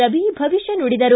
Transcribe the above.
ರವಿ ಭವಿಷ್ಯ ನುಡಿದರು